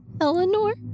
Eleanor